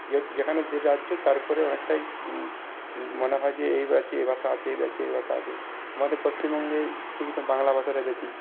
যেখানে যে রাজ্য তার অনেকটাই মনে হয় যে এ রাজ্যে এ ভাষা আছে এ রাজ্যে এ ভাষা আছে আমাদের পশ্চিমবঙ্গে ঠিক বাংলা ভাষাটা বেশি